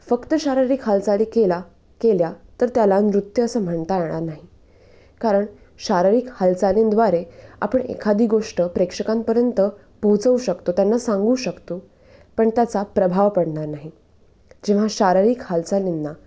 फक्त शारीरिक हालचाली केला केल्या तर त्याला नृत्य असं म्हणता येणार नाही कारण शारीरिक हालचालींद्वारे आपण एखादी गोष्ट प्रेक्षकांपर्यंत पोहचवू शकतो त्यांना सांगू शकतो पण त्याचा प्रभाव पडणार नाही जेव्हा शारीरिक हालचालींना